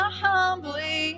humbly